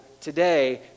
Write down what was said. today